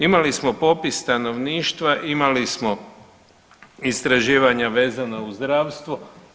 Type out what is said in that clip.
Imali smo popis stanovništva, imali smo istraživanja vezana uz zdravstvo.